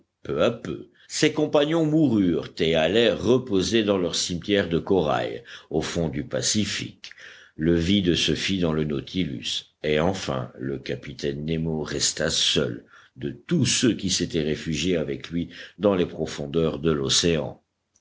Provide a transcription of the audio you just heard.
peu à peu ses compagnons moururent et allèrent reposer dans leur cimetière de corail au fond du pacifique le vide se fit dans le nautilus et enfin le capitaine nemo resta seul de tous ceux qui s'étaient réfugiés avec lui dans les profondeurs de l'océan